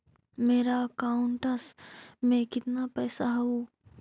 मेरा अकाउंटस में कितना पैसा हउ?